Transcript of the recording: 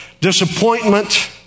disappointment